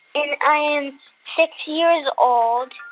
and i am six years old.